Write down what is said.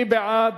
מי בעד?